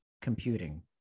computing